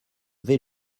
vais